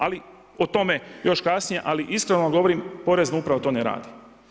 Ali, o tome, još kasnije, ali iskreno vam govorim, Porezna uprava to ne radi.